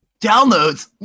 downloads